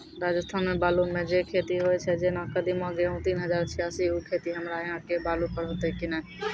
राजस्थान मे बालू मे जे खेती होय छै जेना कदीमा, गेहूँ तीन हजार छियासी, उ खेती हमरा यहाँ के बालू पर होते की नैय?